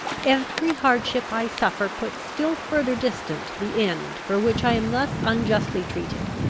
every hardship i suffer puts still further distant the end for which i am thus unjustly treated.